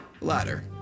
Ladder